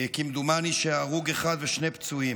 הרוג אחד ושני פצועים,